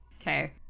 Okay